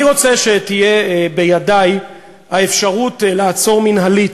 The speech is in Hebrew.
"אני רוצה שתהיה בידי האפשרות לעצור מינהלית,